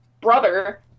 brother